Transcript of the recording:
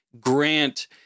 grant